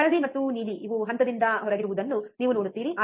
ಹಳದಿ ಮತ್ತು ನೀಲಿ ಇವು ಹಂತದಿಂದ ಹೊರಗಿರುವುದನ್ನು ನೀವು ನೋಡುತ್ತೀರಿ